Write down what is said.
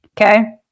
okay